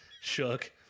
shook